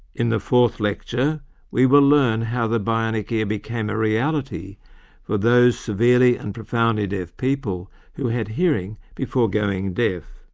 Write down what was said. in the fourth lecture we will learn how the bionic ear became a reality for those severely and profoundly deaf people who had hearing before going deaf.